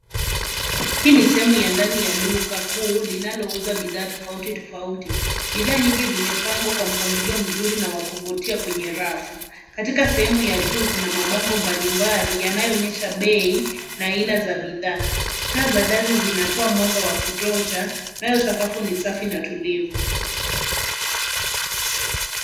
Hii ni sehemu ya ndani ya duka kuu, linalouza bidhaa tofauti tofauti. Bidhaa nyingi zimepangwa kwa mpangilio mzuri na wa kuvutia kwenye rafu. Katika sehemu ya juu, kuna mabango mbali mbali, yanayoonyesha bei na aina za bidhaa. Taa za dari zinatoa mwanga wa kutosha, na sakafu ni safi na tulivu.